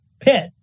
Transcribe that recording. pit